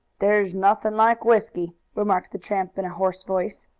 there's nothing like whisky, remarked the tramp in a hoarse voice.